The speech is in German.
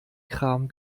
kram